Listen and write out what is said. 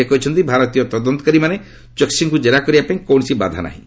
ସେ କହିଛନ୍ତି ଭାରତୀୟ ତଦନ୍ତକାରୀମାନେ ଚୋକ୍ନିଙ୍କୁ କେରା କରିବା ପାଇଁ କୌଣସି ବାଧା ନାହିଁ